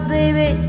baby